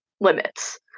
limits